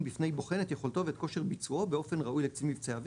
בפני בוחן את יכולתו ואת כושר ביצועו באופן ראוי לקצין מבצעי אויר,